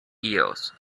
years